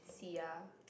Sia